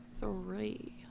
three